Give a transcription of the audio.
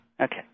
Okay